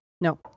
No